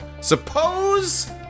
Suppose